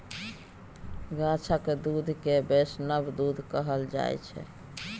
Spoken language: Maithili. गाछक दुध केँ बैष्णव दुध कहल जाइ छै